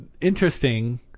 Interesting